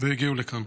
והגיעו לכאן.